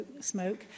smoke